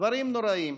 דברים נוראיים.